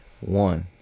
One